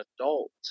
adult